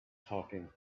talking